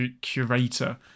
curator